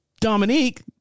Dominique